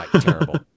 terrible